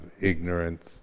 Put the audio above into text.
ignorance